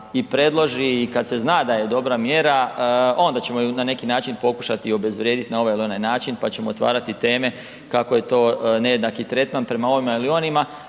i predloži i kad se zna da je dobra mjera, onda ćemo na neki način pokušati obezvrijediti na ovaj ili onaj način pa ćemo otvarati teme kako je to nejednaki tretman prema ovima ili onima